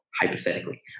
hypothetically